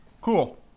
Cool